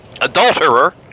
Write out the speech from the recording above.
adulterer